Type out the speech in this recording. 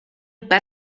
bet